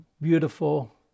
beautiful